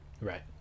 Right